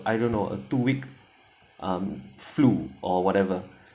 I don't know a two week um flu or whatever